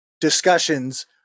discussions